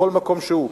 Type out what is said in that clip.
בכל מקום שהוא,